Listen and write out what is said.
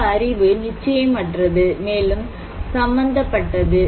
சில அறிவு நிச்சயமற்றது மேலும் சம்பந்தப்பட்டது